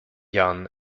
jahren